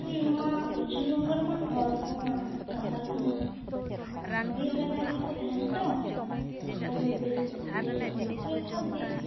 ᱱᱚᱶᱟ ᱯᱚᱥᱪᱤᱢ ᱵᱚᱝᱜᱚ ᱨᱮᱢᱟ ᱦᱚᱲ ᱠᱚᱢᱟ ᱥᱟᱱᱛᱟᱞ ᱠᱚᱢᱟ ᱵᱤᱨ ᱜᱟᱡᱟᱲ ᱨᱮᱜᱮ ᱠᱚ ᱛᱟᱦᱟᱱᱟ ᱛᱚ ᱟᱫᱚ ᱵᱮᱥ ᱵᱮᱥᱤᱨ ᱵᱷᱟᱜᱽ ᱜᱮ